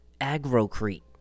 Agrocrete